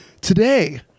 Today